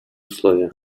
условия